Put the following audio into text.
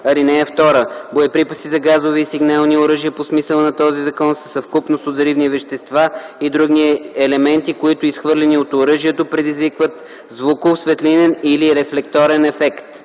(2) Боеприпаси за газови и сигнални оръжия по смисъла на този закон са съвкупност от взривни вещества и други елементи, които, изхвърлени от оръжието, предизвикват звуков, светлинен или рефлекторен ефект.